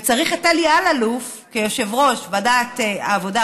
והיה צריך את אלי אלאלוף כיושב-ראש ועדת העבודה,